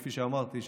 כפי שאמרתי,